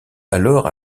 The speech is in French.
alors